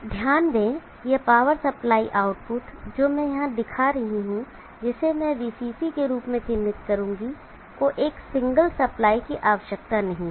ध्यान दें यह पावर सप्लाई आउटपुट जो मैं यहां दिखा रहा हूं जिसे मैं VCC के रूप में चिह्नित करूंगा को एक सिंगल सप्लाई की आवश्यकता नहीं है